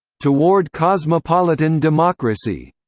toward cosmopolitan democracy,